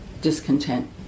discontent